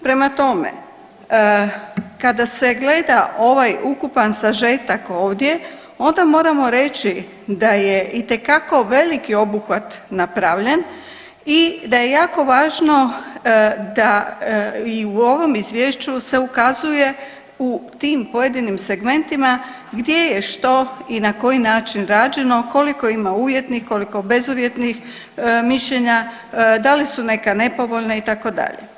Prema tome, kada se gleda ovaj ukupan sažetak ovdje, onda moramo reći da je itekako veliki obuhvat napravljen i da je jako važno da i u ovom Izvješću se ukazuje u tim pojedinim segmentima gdje je što i na koji način rađeno, koliko ima uvjetnih, koliko bezuvjetnih mišljenja, da li su neka nepovoljna, itd.